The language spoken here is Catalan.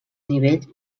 nivell